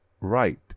right